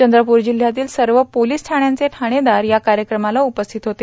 चंद्रपूर जिल्हयातील सर्व पोलीस ठाण्याचे ठाणेदार या कार्यक्रमाला उपस्थित होते